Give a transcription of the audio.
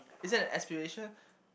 is it an aspiration